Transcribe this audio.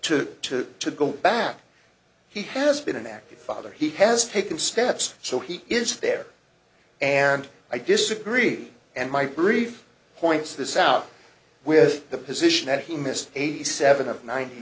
get to go back he has been an active father he has taken steps so he is fair and i disagree and my brief points this out with the position that he missed eighty seven of ninety